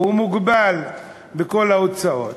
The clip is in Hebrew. והוא מוגבל בכל ההוצאות,